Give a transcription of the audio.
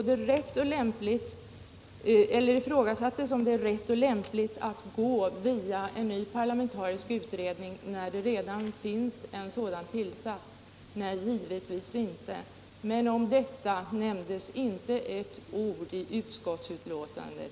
Det ifrågasattes om det är rätt och lämpligt att begära en ny parlamentarisk utredning, när det redan finns en sådan tillsatt. Nej, givetvis inte. Men om detta nämns inte ett ord i utskottsbetänkandet.